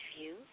view